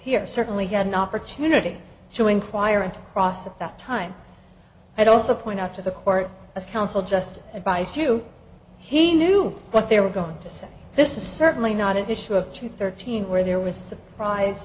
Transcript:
here certainly had an opportunity to inquire into cross at that time i'd also point out to the court as counsel just advised you he knew what they were going to say this is certainly not an issue of two thirteen where there was surprise